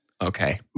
Okay